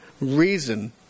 reason